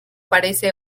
parece